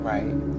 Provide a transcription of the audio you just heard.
Right